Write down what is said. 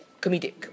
comedic